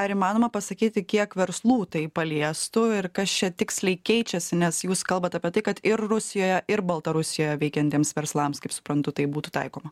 ar įmanoma pasakyti kiek verslų tai paliestų ir kas čia tiksliai keičiasi nes jūs kalbat apie tai kad ir rusijoje ir baltarusijoje veikiantiems verslams kaip suprantu tai būtų taikoma